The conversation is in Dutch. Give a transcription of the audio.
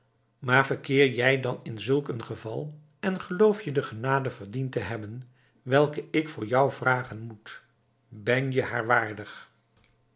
maar verkeer jij dan in zulk een geval en geloof je de genade verdient te hebben welke ik voor jou vragen moet ben je haar waardig